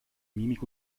mimik